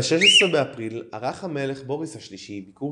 ב-16 באפריל ערך המלך בוריס השלישי ביקור